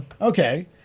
Okay